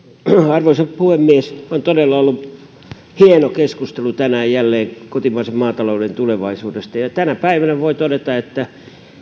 arvoisa puhemies on todella ollut hieno keskustelu tänään jälleen kotimaisen maatalouden tulevaisuudesta tänä päivänä voi todeta että